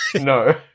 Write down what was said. No